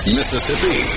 Mississippi